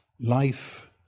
Life